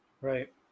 right